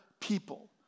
people